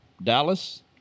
Dallas